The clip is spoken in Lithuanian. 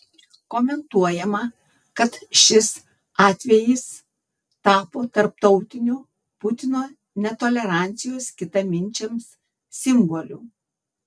komentuojama kad šis atvejis tapo tarptautiniu putino netolerancijos kitaminčiams simboliu